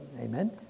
Amen